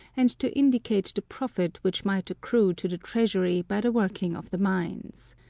and to indicate the profit which might accrue to the treasury by the working of the mines.